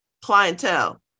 clientele